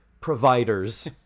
providers